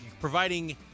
providing